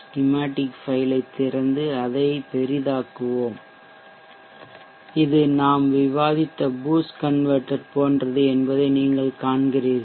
schematic file திறந்து இதை பெரிதாக்குவோம்ஜூம் செய்யலாம் இது நாம் விவாதித்த பூஸ்ட் கன்வெர்ட்டர் போன்றது என்பதை நீங்கள் காண்கிறீர்கள்